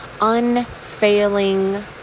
unfailing